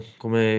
come